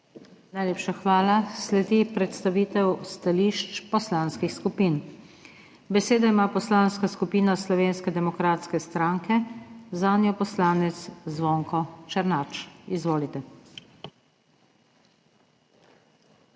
Najlepša hvala. Sledi predstavitev stališč poslanskih skupin. Besedo ima Poslanska skupina Slovenske demokratske stranke, zanjo poslanec Zvonko Černač. Izvolite.